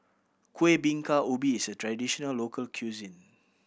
Kueh Bingka Ubi is a traditional local cuisine